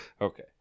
Okay